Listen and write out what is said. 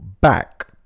back